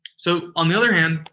so, on the other hand,